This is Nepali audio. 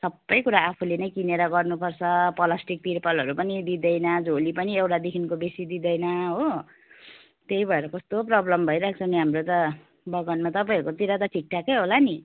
सबै कुरा आफूले नै किनेर गर्नुपर्छ प्लास्टिक तिर्पलहरू पनि दिँदैन झोली पनि एउटादेखिको बेसी दिँदैन हो त्यही भएर कस्तो प्रब्लम भइरहेको छ नि हाम्रो त बगानमा तपाईँहरूतिर त ठिक ठाकै होला नि